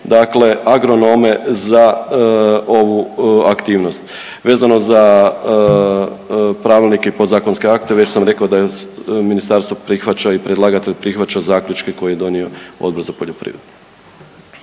dakle agronome za ovu aktivnost. Vezano za pravilnike i podzakonske akte već sam rekao da ministarstvo prihvaća i predlagatelj prihvaća zaključke koje je donio Odbor za poljoprivredu.